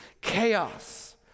chaos